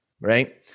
right